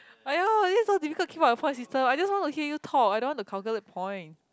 !aiyo! this is so difficult came up with the point system I just want to hear you talk I don't want to calculate point